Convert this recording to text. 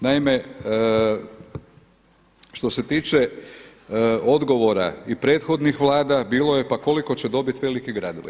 Naime, što se tiče odgovora i prethodnih vlada bilo je: pa koliko će dobiti veliki gradovi?